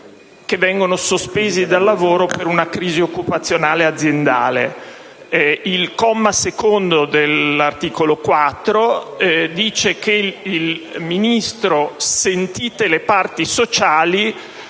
che vengono sospesi dal lavoro per una crisi occupazionale aziendale. Il secondo comma dell'articolo 4 prevede che il Ministro, sentite le parti sociali,